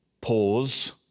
pause